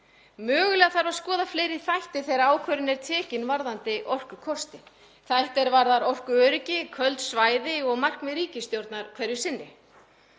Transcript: Mögulega þarf að skoða fleiri þætti þegar ákvörðun er tekin varðandi orkukosti, þætti er varða orkuöryggi, köld svæði og markmið ríkisstjórnar hverju sinni.